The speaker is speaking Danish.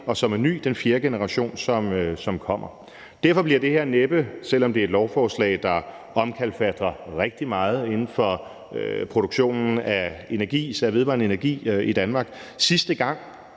og som er ny, altså den fjerde generation, som kommer. Derfor bliver det her, selv om det er et lovforslag, der omkalfatrer rigtig meget inden for produktionen af energi og især vedvarende energi i Danmark, næppe sidste gang,